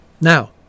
Now